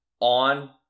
on